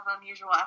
unusual